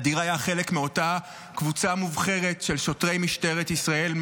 אדיר היה חלק מאותה קבוצה מובחרת של שוטרי משטרת ישראל,